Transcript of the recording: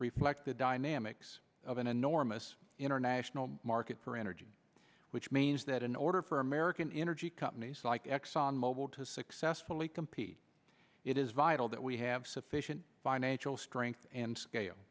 reflect the dynamics of an enormous international market for energy which means that in order for american energy companies like exxon mobil to successfully compete it is vital that we have sufficient financial strength and